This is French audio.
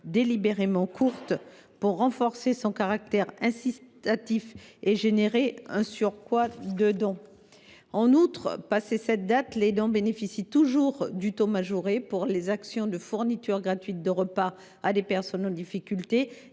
délibérément courte pour renforcer son caractère incitatif et engendrer un surcroît de dons. En outre, passé cette date, les dons bénéficient toujours du taux majoré pour les actions de fourniture gratuite de repas à des personnes en difficulté